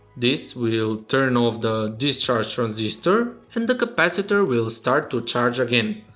this will turn off the discharge transistor and the capacitor will start to charge again.